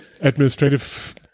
administrative